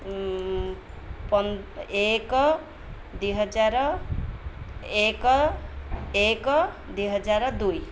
ଏକ ଦୁଇ ହଜାର ଏକ ଏକ ଦୁଇ ହଜାର ଦୁଇ